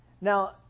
Now